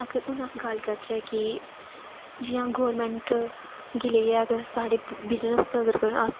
अगर हून अस गल्ल करचै कि जि'यां गौरमेंट गी लेइयै साढ़े बिज़नेस